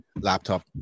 laptop